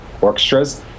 orchestras